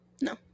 No